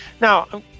Now